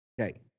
Okay